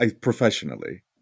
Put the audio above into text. professionally